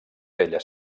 elles